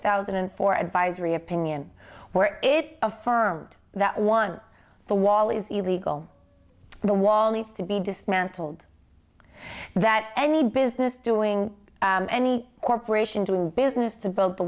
thousand and four advisory opinion where it affirmed that one the wall is illegal the wall needs to be dismantled that any business doing any corporation doing business to b